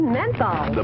Menthol